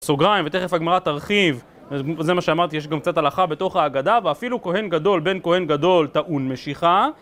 סוגריים ותכף הגמרא תרחיב וזה מה שאמרתי, יש גם קצת הלכה בתוך האגדה ואפילו כהן גדול, בן כהן גדול, טעון משיחה